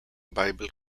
bible